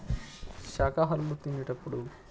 శాకాహారులు తినేటప్పుడు